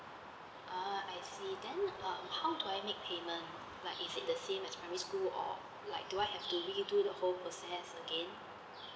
ah I see then um how do I make payment like is it the same as primary school or like do I have to redo the process again